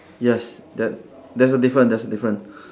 yes that there's a different there's a different